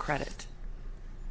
credit